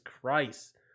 Christ